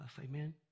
Amen